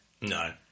No